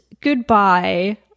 goodbye